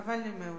חבל לי מאוד.